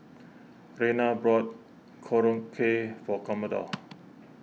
Rayna bought Korokke for Commodore